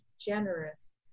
generous